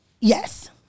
Yes